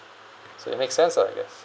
so it makes sense lah I guess